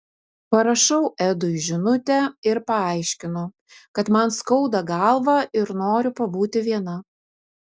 parašau edui žinutę ir paaiškinu kad man skauda galvą ir noriu pabūti viena